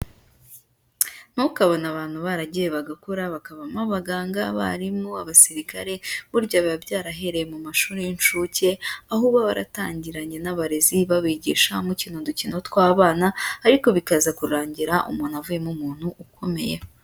Ntukabone abantu baragiye bagakora bakabamo abaganga, abarimu, abasirikare burya biba byarahereye mu mashuri y'inshuke, aho uba waratangiranye n'abarezi babigisha mukina udukino tw'abana ariko bikaza kurangira umuntu avuyemo umuntu ukomeye.